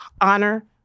honor